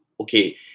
Okay